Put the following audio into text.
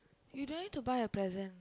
you don't need to buy a present